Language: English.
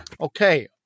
Okay